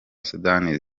sudani